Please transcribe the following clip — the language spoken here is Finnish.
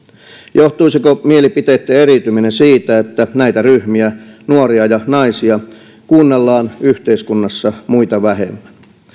johtuisiko mielipiteitten eriytyminen siitä että näitä ryhmiä nuoria ja naisia kuunnellaan yhteiskunnassa muita vähemmän